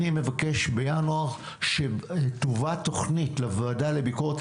אני מבקש בינואר שתובא תוכנית לוועדה לביקורת.